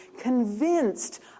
convinced